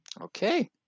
Okay